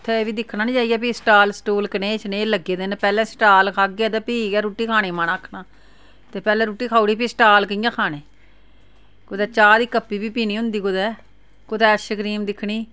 उत्थै एह् बी दिक्खना नी जाइयै फ्ही स्टाल स्टूल कनेह् शनेह् लग्गे दे पैह्ले स्टाल खाह्गे ते फ्ही गै रुट्टी खाने गी मन आखना ते पैह्ले रुट्टी खाउड़ी फ्ही स्टाल कि'यां खाने कुदै चाह् दी कप्पी बी पीनी होंदी कुतै कुतै ऐशक्रीम दिक्खनी